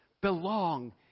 belong